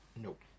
Nope